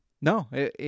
No